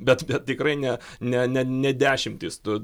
bet tikrai ne ne ne ne dešimtys tų